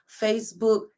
Facebook